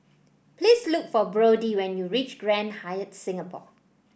please look for Brodie when you reach Grand Hyatt Singapore